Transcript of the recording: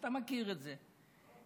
אתה מכיר את זה,